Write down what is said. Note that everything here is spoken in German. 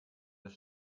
des